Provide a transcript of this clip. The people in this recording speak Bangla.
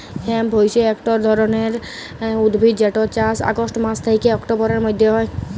হেম্প হইসে একট ধরণের উদ্ভিদ যেটর চাস অগাস্ট মাস থ্যাকে অক্টোবরের মধ্য হয়